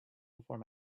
before